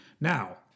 Now